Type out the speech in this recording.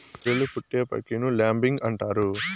గొర్రెలు పుట్టే ప్రక్రియను ల్యాంబింగ్ అంటారు